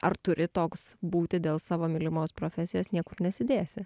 ar turi toks būti dėl savo mylimos profesijos niekur nesidėsi